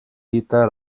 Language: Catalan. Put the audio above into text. dita